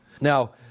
Now